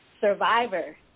survivor